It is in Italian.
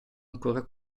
ancora